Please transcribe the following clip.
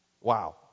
wow